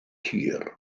tir